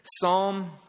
Psalm